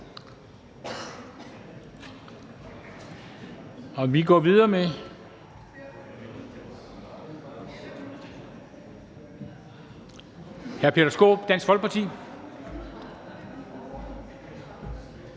Vi går videre med hr. Peter Skaarup, Dansk Folkeparti;